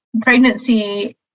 pregnancy